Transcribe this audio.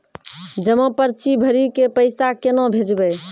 जमा पर्ची भरी के पैसा केना भेजबे?